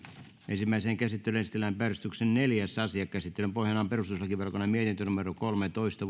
ensimmäiseen käsittelyyn esitellään päiväjärjestyksen neljäs asia käsittelyn pohjana on perustuslakivaliokunnan mietintö kolmetoista